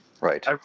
right